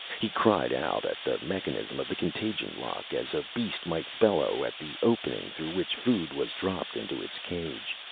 he cried out at the mechanism of the contagion-lock as a beast might bellow at the opening through which food was dropped into its cage.